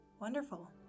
Wonderful